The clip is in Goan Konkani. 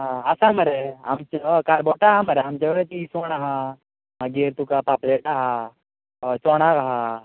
आं आसा मरे आमचे हय काळबोटां आसा मरे आमचे कडेन ती इस्वण आसा मागीर तुका पाप्लेटा आसा हय चोणाक आसा